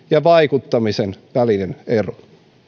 ja vaikuttamisen välinen ero